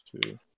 Two